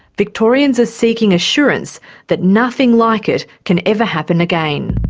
victorians are seeking assurance that nothing like it can ever happen again.